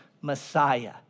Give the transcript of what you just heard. Messiah